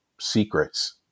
secrets